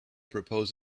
proposed